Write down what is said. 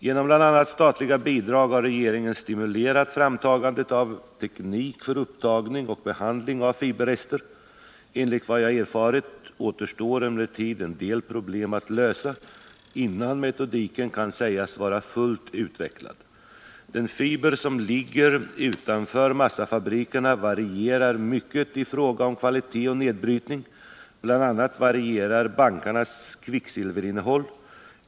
Genom bl.a. statliga bidrag har regeringen stimulerat framtagandet av teknik för upptagning och behandling av fiberrester. Enligt vad jag erfarit återstår emellertid en del problem att lösa, innan metodiken kan sägas vara fullt utvecklad. Den fiber som ligger utanför massafabrikerna varierar mycket i fråga om kvalitet och nedbrytning. BI. a. varierar bankarnas kvicksilverinnehåll.